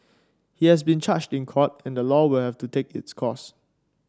he has been charged in court and the law will have to take its course